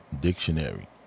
Dictionary